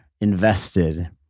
invested